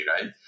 right